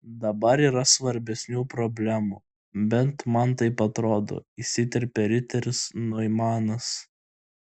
dabar yra svarbesnių problemų bent man taip atrodo įsiterpė riteris noimanas